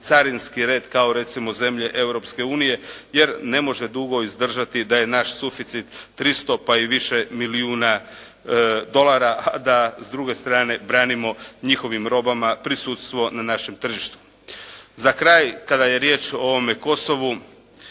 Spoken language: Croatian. carinski red kao recimo zemlje Europske unije jer ne može dugo izdržati da je naš suficit 300 pa i više milijuna dolara, a da s druge strane branimo njihovim robama prisutstvo na našem tržištu. Za kraj kada je riječ o ovome Kosovu,